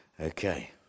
Okay